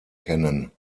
kennen